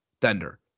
Thunder